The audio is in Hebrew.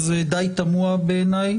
זה די תמוה בעיני.